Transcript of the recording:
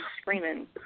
screaming